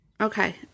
okay